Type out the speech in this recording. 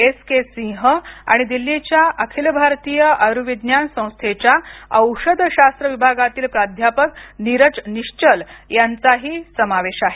S K Singh आणि दिल्लीच्या अखिल भारतीय आयुर्विज्ञान संस्थेच्या औषधशास्त्र विभागातील प्राध्यापक नीरज निश्वल यांचाही समावेश आहे